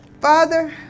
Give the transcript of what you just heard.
Father